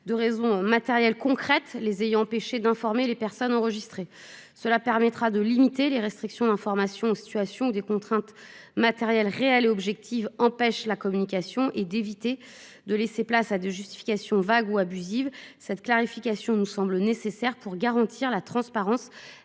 de raisons matérielles, concrètes, les ayant empêchés d'informer les personnes enregistrées. Cela permettra de limiter les restrictions d'information situation des contraintes matérielles réelles et objectives empêchent la communication et d'éviter de laisser place à de justifications vagues ou abusive. Cette clarification nous semble nécessaire pour garantir la transparence,